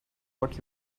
what